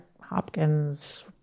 Hopkins